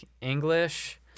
English